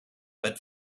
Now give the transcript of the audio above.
but